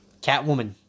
Catwoman